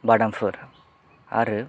बादामफोर आरो